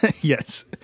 Yes